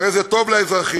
הרי זה טוב לאזרחים,